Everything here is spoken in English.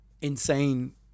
insane